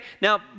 now